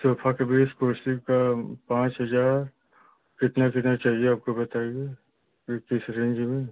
sofa के मेज़ कुर्सी के पाँच हज़ार कितना कितना चाहिए आपको बताइए किस रेंज में